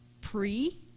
pre